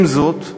עם זאת,